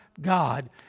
God